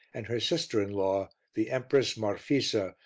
and her sister-in-law, the empress marfisa,